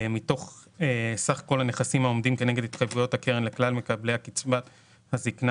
מתוך סך כל הנכסים העומדים כנגד התחייבויות הקרן לכלל מקבלי קצבת הזקנה